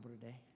today